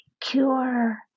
cure